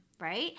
right